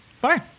Bye